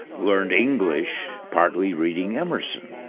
learned english partly reading emerson.